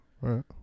right